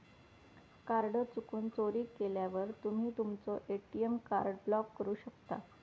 card चुकून, चोरीक गेल्यावर तुम्ही तुमचो ए.टी.एम कार्ड ब्लॉक करू शकता